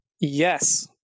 Yes